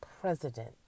president